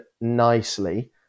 nicely